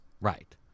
right